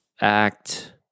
act